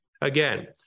again